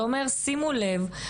זה אומר: שימו לב,